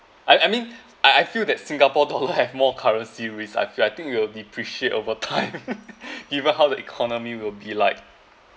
I I mean I I feel that singapore dollar have more currency risk I feel I think it'll depreciate over time given how the economy will be like